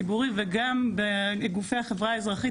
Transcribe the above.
גם במגזר הציבורי וגם בגופי החברה האזרחית,